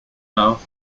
oath